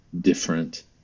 different